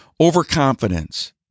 overconfidence